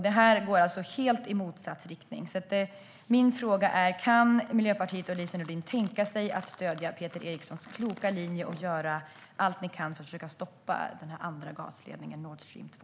Det här går alltså helt i motsatt riktning. Min fråga är: Kan Miljöpartiet och Lise Nordin tänka sig att stödja Peter Erikssons kloka linje och göra allt ni kan för att försöka stoppa den här andra gasledningen, Nord Stream 2?